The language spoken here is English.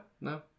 no